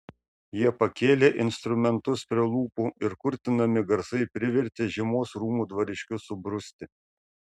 jie pakėlė instrumentus prie lūpų ir kurtinami garsai privertė žiemos rūmų dvariškius subruzti